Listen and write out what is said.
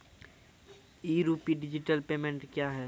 ई RUPI digital payment क्या हैं?